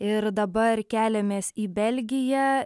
ir dabar keliamės į belgiją